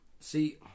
See